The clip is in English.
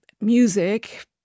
music